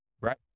Right